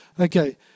Okay